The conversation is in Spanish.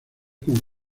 con